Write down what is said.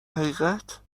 حقیقت